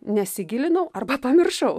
nesigilinau arba pamiršau